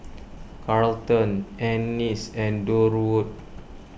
Carlton Annis and Durwood